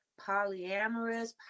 polyamorous